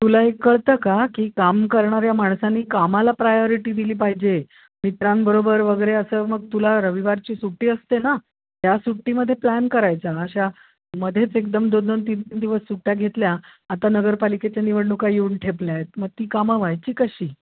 तुला एक कळतं का की काम करणाऱ्या माणसांनी कामाला प्रायॉरिटी दिली पाहिजे मित्रांबरोबर वगैरे असं मग तुला रविवारची सुट्टी असते ना या सुट्टीमध्ये प्लॅन करायचा अशा मध्येच एकदम दोन दोन तीन तीन दिवस सुट्ट्या घेतल्या आता नगरपालिकेच्या निवडणुका येऊन ठेपल्या आहेत मग ती कामं व्हायची कशी